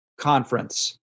conference